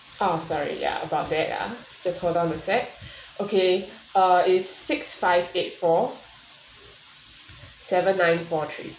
oh sorry ya about that uh just hold a sec okay uh is six five eight four seven nine four three